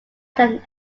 then